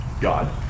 God